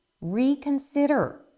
Reconsider